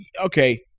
okay